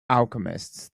alchemists